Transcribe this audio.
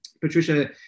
Patricia